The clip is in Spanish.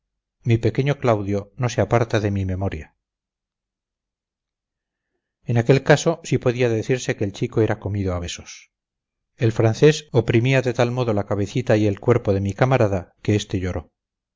mi pequeño claudio no se aparta de mi memoria en aquel caso sí podía decirse que el chico era comido a besos el francés oprimía de tal modo la cabecita y el cuerpo de mi camarada que este lloró